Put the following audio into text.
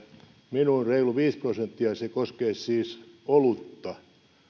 minun mainitsemani reilu viisi prosenttia koskee siis olutta